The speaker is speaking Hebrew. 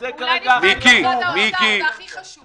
זהו, זה כרגע הכי דחוף.